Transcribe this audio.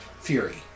Fury